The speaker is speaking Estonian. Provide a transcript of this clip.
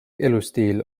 elustiil